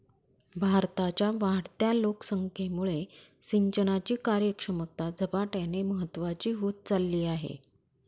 भारताच्या वाढत्या लोकसंख्येमुळे सिंचनाची कार्यक्षमता झपाट्याने महत्वाची होत चालली आहे